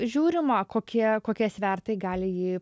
žiūrima kokie kokie svertai gali jį